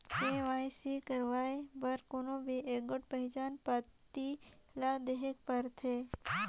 KYC करवाए बर कोनो भी एगोट पहिचान पाती ल देहेक परथे